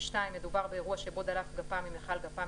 מדובר באירוע שבו דלף גפ"מ ממכל גפ"מ